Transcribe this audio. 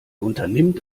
unternimmt